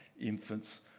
infants